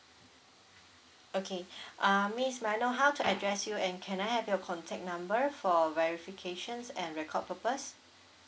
okay ah miss may I know how to address you and can I have your contact number for verification and record purpose